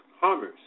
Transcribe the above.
commerce